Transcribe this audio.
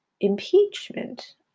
impeachment